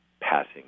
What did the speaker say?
passing